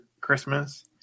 Christmas